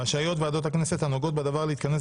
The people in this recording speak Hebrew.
רשאיות ועדות הכנסת הנוגעות בדבר להתכנס